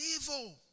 evil